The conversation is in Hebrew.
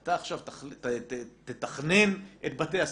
אתה עכשיו תתכנן את בתי הספר,